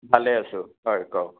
ভালে আছোঁ হয় কওক